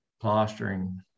plastering